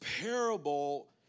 parable